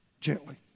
gently